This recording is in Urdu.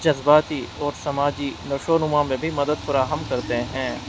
جذباتی اور سماجی نشو و نما میں بھی مدد فراہم کرتے ہیں